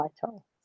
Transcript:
title